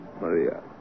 Maria